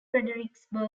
fredericksburg